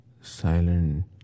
silent